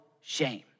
shame